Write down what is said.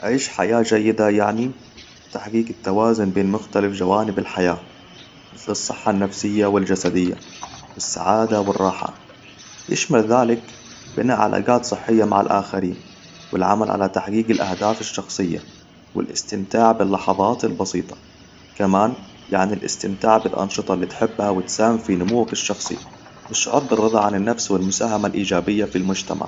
عيش حياة جيدة يعني تحقيق التوازن بين مختلف جوانب الحياة مثل الصحة النفسية والجسدية السعاده والراحه يشمل ذلك بناء علاقات صحية مع الآخرين والعمل على تحقيق الأهداف الشخصية والاستمتاع باللحظات البسيطة. كمان يعني الاستمتاع بالأنشطة الي تحبها وتساهم في نموك الشخصي والشعور بالرضا عن النفس والمساهمة الإيجابية في المجتمع.